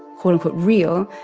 quote-unquote, real,